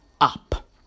up